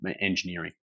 engineering